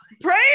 prayer